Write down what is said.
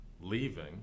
leaving